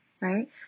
right